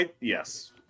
yes